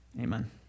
amen